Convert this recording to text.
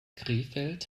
krefeld